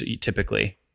typically